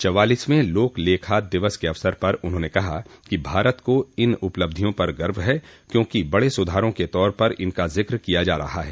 चवालीसवें लोक लेखा दिवस के अवसर पर उन्होंने कहा कि भारत को इन उपलब्धियों पर गर्व है क्योंकि बड़े सुधारों के तौर पर इनका जिक्र किया जा रहा है